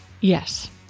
Yes